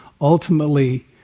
ultimately